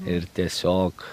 ir tiesiog